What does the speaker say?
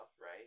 right